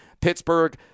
Pittsburgh